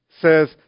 says